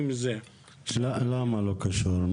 למה זה לא קשור?